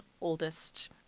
oldest